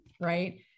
right